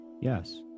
Yes